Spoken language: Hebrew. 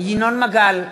ינון מגל,